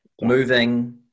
moving